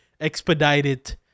expedited